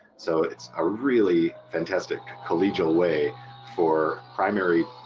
so it's a really fantastic collegial way for primary